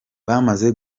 bamaze